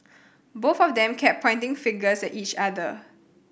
both of them kept pointing fingers at each other